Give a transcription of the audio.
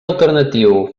alternatiu